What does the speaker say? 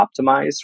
optimized